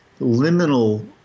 liminal